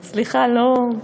סליחה, לא,